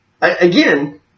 again